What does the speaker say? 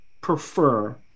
prefer